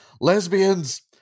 lesbians